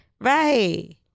Right